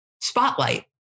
spotlight